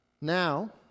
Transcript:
Now